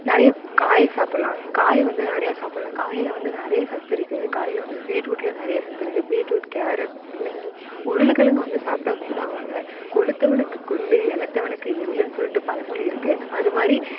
நிறைய காய் சாப்பிட்லாம் காய் வந்து நிறைய சாப்பிட்லாம் காயில் வந்து நிறைய சத்து இருக்குது காயில் வந்து பீட்ரூட்டில் நிறைய சத்து இருக்குது பீட்ரூட் கேரட் முள்ளங்கி உருளைக்கிழங்கு வந்து சாப்பிட்டா குண்டாக ஆவாங்க கொழுத்தவனுக்கு கொள்ளு இளத்தவனுக்கு எள்ளுன்னு சொல்லிட்டு பழமொழி இருக்குது அது மாதிரி